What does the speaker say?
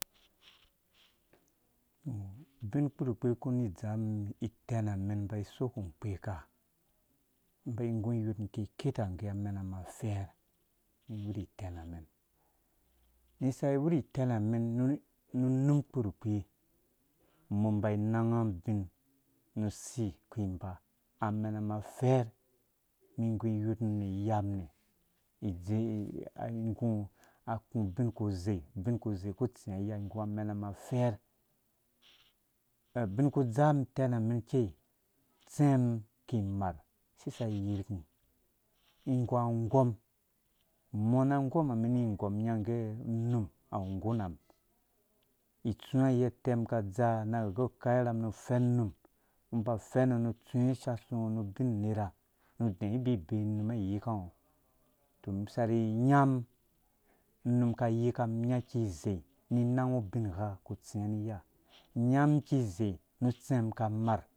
ubin kpurkpii kuni dzamum itenamen mba soku kpeka ba ngu iyorhmum keke tangge ananamumafɛr mi wurhi tɛn amen mi saki wurhi tɛn amen nu num kpurkpii mum mba iyangu ubin nu usi iba amena mum a fɛr mi gu iyorh mum ni iyamum mi ngu aku ubin ku zei bin ku zei ku tsini ya mum amena mum afɛr ubin ku dza mum itɛn amɛn ikei tsɛ mum ki marh si saki yiruku mi gu angom mɔ na angomaha mini gom nya ngge num awu ngu nam itsuwa yɛ utɛ mum ka dzaa na gor gɛ khau irham nu fɛnnyika mumum ba fɛn ngo nu tsauwe ishasha ngo nu ubin nerha nu dɛ̃ bibee unum ai yiku nga ngo tɔ mi sarhi nya mum unum ka yikamum nyam kize ni nau bingha ku tsai ni iya nya kize nu utsɛ mum ka marh,